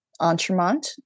Entremont